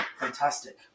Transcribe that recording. fantastic